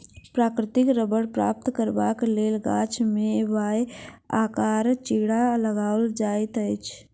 प्राकृतिक रबड़ प्राप्त करबाक लेल गाछ मे वाए आकारक चिड़ा लगाओल जाइत अछि